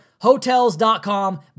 Hotels.com